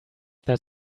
that